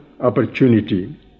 opportunity